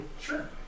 sure